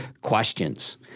questions